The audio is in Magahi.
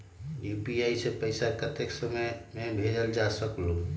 यू.पी.आई से पैसा कतेक समय मे भेजल जा स्कूल?